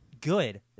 Good